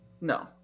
No